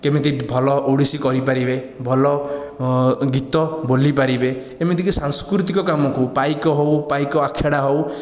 କେମିତି ଭଲ ଓଡ଼ିଶୀ କରି ପାରିବେ ଭଲ ଗୀତ ବୋଲି ପାରିବେ ଏମିତିକି ସାଂସ୍କୃତିକ କାମକୁ ପାଇକ ହେଉ ପାଇକ ଆଖେଡ଼ା ହେଉ